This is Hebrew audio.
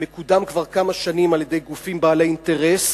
מקודם כבר כמה שנים על-ידי גופים בעלי אינטרס,